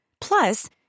Plus